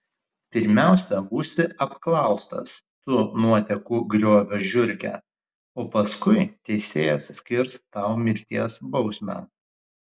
pirmiausia būsi apklaustas tu nuotekų griovio žiurke o paskui teisėjas skirs tau mirties bausmę